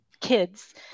kids